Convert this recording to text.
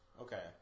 Okay